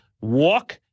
walk